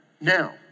Now